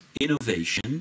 innovation